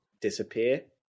disappear